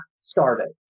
starving